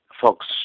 fox